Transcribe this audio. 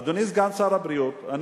אדוני סגן שר הבריאות,